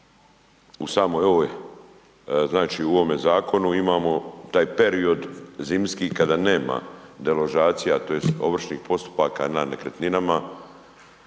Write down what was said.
kada pogledamo u samom zakonu imamo taj period zimski kada nema deložacija tj. ovršnih postupaka na nekretninama,